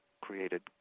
created